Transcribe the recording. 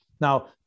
Now